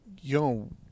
yo